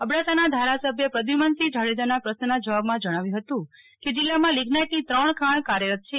અબડાસાના ધારાસભ્ય પ્રદ્યુમનસિંહ જાડેજાના પ્રશ્નના જવાબમાં જણાવ્યું હતું કે જીલ્લા માં લિઝનાઈટની ત્રણ ખાણ કાર્યરત છે